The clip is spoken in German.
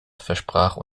versprach